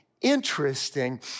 interesting